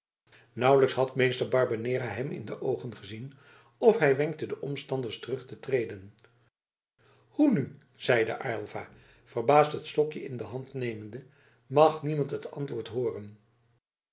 nauwelijks had meester barbanera hem in de oogen gezien of hij wenkte de omstanders terug te treden hoe nu zeide aylva verbaasd het stokje in de hand nemende mag niemand het antwoord hooren